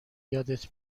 یادت